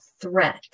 threat